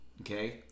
Okay